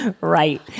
right